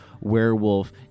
Werewolf